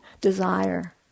desire